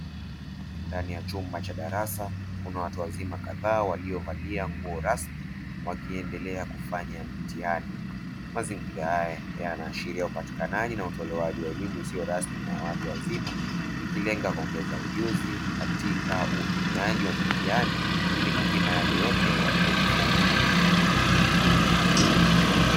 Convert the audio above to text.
Ndani ya chumba cha darasa, kuna watu wazima kadhaa waliovalia nguo rasmi, wakiendelea kufanya mtihani; mazingira haya yanaashiria upatikanaji na utolewaji wa elimu isiyo rasmi kwa watu wazima, ikilenga kuongeza ujuzi katika utumiaji wa mitihani ili kupima yale yote waliyojifunza.